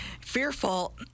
fearful